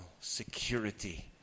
security